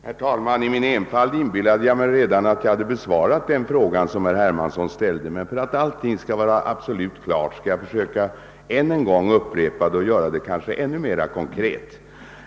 Herr talman! I min enfald inbillade jag mig att jag redan hade besvarat den fråga som herr Hermansson ställde, men för att allting skall vara absolut klart skall jag försöka att ännu en gång upprepa mitt svar och göra det ännu mera konkret.